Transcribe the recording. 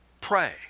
pray